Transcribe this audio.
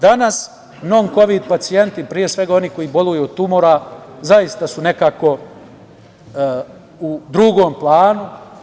Danas kovid pacijenti, pre svega oni koji boluju od tumora, zaista su nekako u drugom planu.